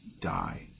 die